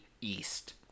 East